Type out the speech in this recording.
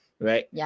Right